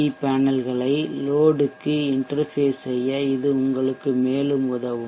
we பேனல்களை லோட்க்கு interface செய்ய இது உங்களுக்கு மேலும் உதவும்